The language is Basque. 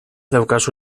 daukazu